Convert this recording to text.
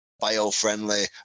bio-friendly